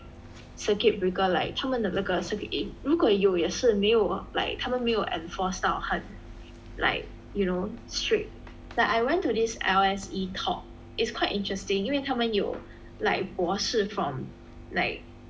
circuit breaker like 他们的那个如果有也是没有 like 他们没有 enforced 到很 like you know strict like I went to this L_S_E talk it's quite interesting 因为他们有 like 博士 from like